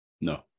no